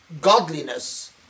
godliness